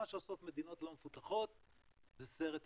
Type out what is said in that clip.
מה שעושות מדינות לא מפותחות זה סרט אחר,